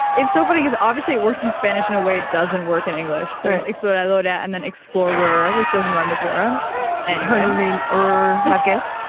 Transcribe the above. it's so funny cause obviously, it works in spanish in a way it doesn't work in english. there's exploradora, and then explorer, which doesn't rhyme with dora and her new name, er marquez?